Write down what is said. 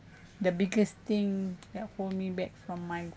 the biggest thing that hold me back from my